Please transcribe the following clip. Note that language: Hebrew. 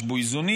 יש בו איזונים,